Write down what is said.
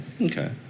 Okay